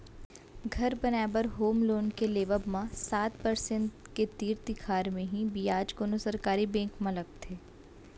घर बनाए बर होम लोन के लेवब म सात परसेंट के तीर तिखार म ही बियाज कोनो सरकारी बेंक म लगथे